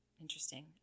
interesting